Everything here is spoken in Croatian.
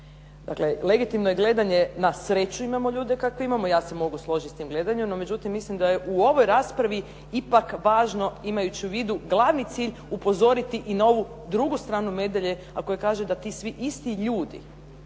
Dakle, legitimno je gledanje na sreću imamo ljude kakve imamo, ja se mogu složiti s tim gledanjem. No međutim, mislim da je u ovoj raspravi ipak važno imajući u vidu glavni cilj upozoriti i na ovu drugu stranu medalje a koja kaže da ti svi isti ljudi